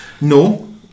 No